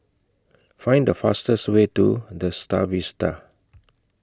Find The fastest Way to The STAR Vista